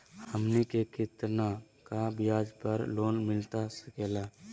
हमनी के कितना का ब्याज पर लोन मिलता सकेला?